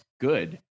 good